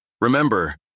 Remember